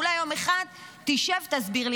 אולי יום אחד תשב ותסביר לי,